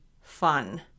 fun